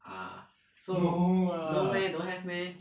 ah so no meh don't have meh